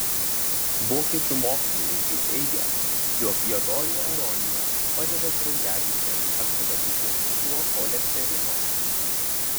vokiečių mokslininkai teigia jog juodoji aronija padeda kraujagyslėmis apsivalyti nuo cholesterino